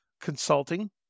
consulting